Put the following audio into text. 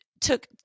took